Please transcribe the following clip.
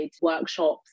workshops